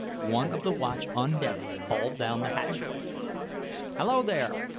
one of the watch on deck called down the hatchway hallo, there!